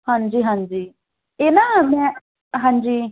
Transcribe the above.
ਹਾਂਜੀ ਹਾਂਜੀ ਇਹ ਨਾ ਮੈਂ ਹਾਂਜੀ